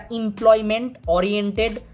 employment-oriented